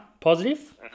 Positive